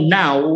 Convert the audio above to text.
now